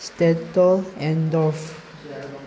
Statoil ꯑꯦꯟꯗꯣꯔꯐ